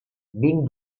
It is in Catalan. vinc